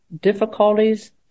difficulties